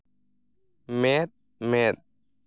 ᱢᱮᱸᱫᱼᱢᱮᱸᱫ